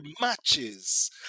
matches